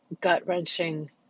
gut-wrenching